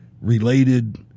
related –